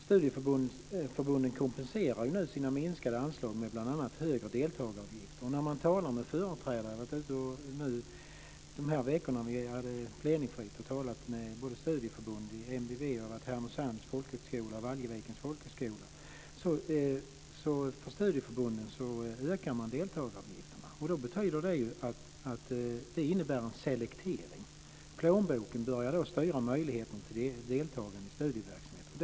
Studieförbunden kompenserar nu sina minskade anslag med bl.a. högre deltagaravgifter. De veckor när vi hade plenifritt har jag varit ute och talat med både studieförbund som MBV och folkhögskolor - Härnösands folkhögskola och Valjevikens folkhögskola. Studieförbunden ökar nu deltagaravgifterna, och det innebär en selektering. Plånboken börjar då styra möjligheten till deltagande i studieverksamhet.